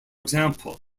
example